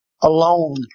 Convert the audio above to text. alone